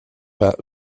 pas